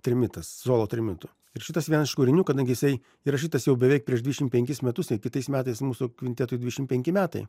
trimitas solo trimitu ir šitas vienas iš kūrinių kadangi jisai įrašytas jau beveik prieš dvidešimt penkis metus jau kitais metais mūsų kvintetui dvidešimt penki metai